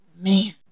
man